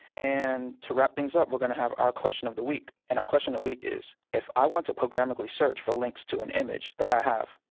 and to wrap things up, we're going to have our question of the week. and our question of week is, if i want to programmatically search for links to an image that i have,